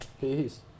Peace